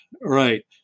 Right